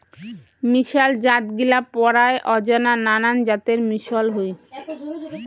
মিশাল জাতগিলা পরায় অজানা নানান জাতের মিশল হই